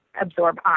absorb